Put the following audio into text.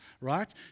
right